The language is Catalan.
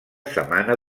setmana